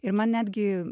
ir man netgi